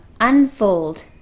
unfold